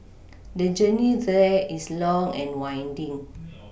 the journey there is long and winding